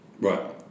Right